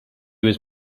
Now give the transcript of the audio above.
was